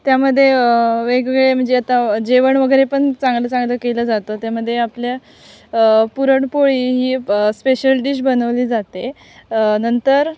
त्यामध्ये वेगवेगळे म्हणजे आता जेवण वगैरे पण चांगलं चांगलं केलं जातं त्यामध्ये आपल्या पुरणपोळी ही प स्पेशल डिश बनवली जाते नंतर